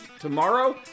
tomorrow